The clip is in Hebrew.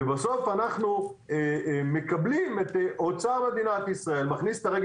ובסוף אוצר מדינת ישראל מכניס את הרגל